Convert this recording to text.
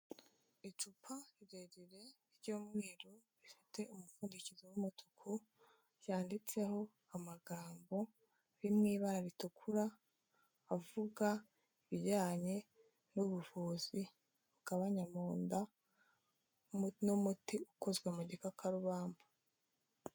Icupa rirerire ry'umweru rifite umupfundikizo w'umutuku, ryanditseho amagambo ari mu ibara bitukura avuga ibijyanye n'ubuvuzi bugabanya munda, ni umuti ukozwe mu gikakarubamba.